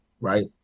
right